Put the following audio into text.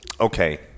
okay